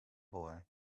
boy